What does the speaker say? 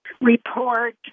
report